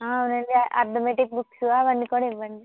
అవునండి arithmetic books అవన్ని కూడా ఇవ్వండి